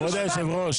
כבוד היושב ראש,